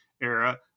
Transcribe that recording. era –